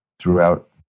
throughout